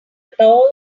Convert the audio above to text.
tall